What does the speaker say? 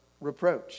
reproach